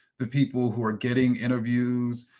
the people who are getting interviews,